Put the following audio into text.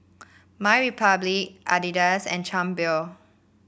MyRepublic Adidas and Chang Beer